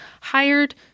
hired